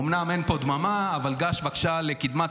אומנם אין פה דממה אבל גש בבקשה לקדמת